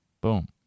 Boom